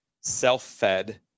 self-fed